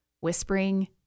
whispering